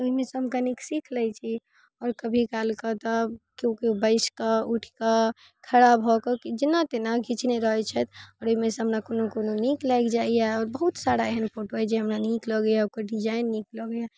तऽ ओइमे सँ हम कनीक सीख लै छी आओर कभी काल कऽ तऽ केओ केओ बैस कऽ उठि कऽ खड़ा भऽ कऽ जेना तेना घीचने रहै छथि आओर ओइमे सँ हमरा कोनो कोनो नीक लागि जाइए बहुत सारा एहन फोटो अइ जे हमरा नीक लगैए ओकर डिजाइन नीक लगैए